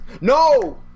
No